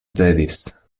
cedis